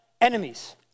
enemies